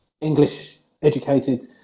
English-educated